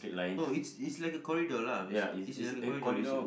oh it's it's like a corridor lah basic it's like a corridor basically